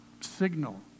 signal